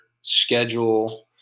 schedule